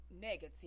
negative